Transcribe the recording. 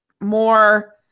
more